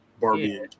barbie